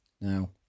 Now